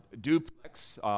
duplex